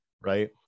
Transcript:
right